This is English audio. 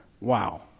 Wow